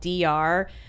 DR